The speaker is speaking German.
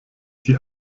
die